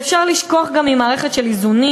ואפשר לשכוח גם ממערכת של איזונים